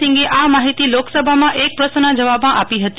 સિંઘે આ માહિતી લોકસભામાં એક પ્રશ્નના જવાબમાં આપી હતી